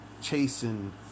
chasing